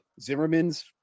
Zimmerman's